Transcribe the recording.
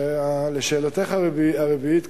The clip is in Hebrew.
4. לשאלתך הרביעית,